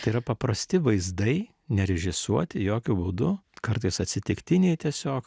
tai yra paprasti vaizdai nerežisuoti jokiu būdu kartais atsitiktiniai tiesiog